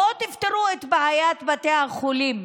בואו תפתרו את בעיית בתי החולים.